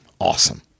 Awesome